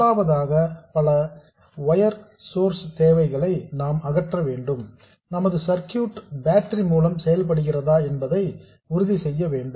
முதலாவதாக பல dc wire sources தேவைகளை நாம் அகற்ற வேண்டும் நமது சர்க்யூட் பேட்டரி மூலம் செயல்படுகிறதா என்பதை உறுதி செய்ய வேண்டும்